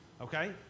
okay